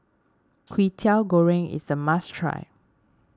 Kwetiau Goreng is a must try